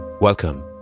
Welcome